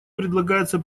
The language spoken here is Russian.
предлагается